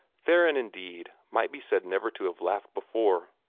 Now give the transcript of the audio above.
theron, indeed, might be said never to have laughed before.